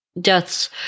death's